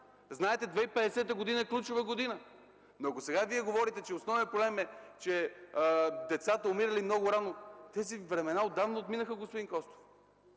Знаете, 2050 г. е ключова година, но ако сега Вие говорите, че основен проблем е, че децата умирали много рано, тези времена отдавна отминаха, господин Костов.